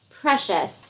precious